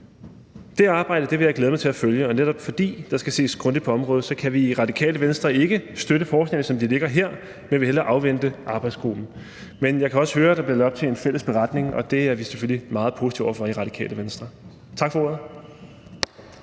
Det arbejde vil jeg glæde mig til at følge, og netop fordi der skal ses grundigt på området, kan vi i Radikale Venstre ikke støtte forslagene, som de ligger her, men vil hellere afvente arbejdsgruppen. Men jeg kan også høre, at der bliver lagt op til en fælles beretning, og det er vi selvfølgelig meget positive over for i Radikale Venstre. Tak for ordet.